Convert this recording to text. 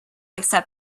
accept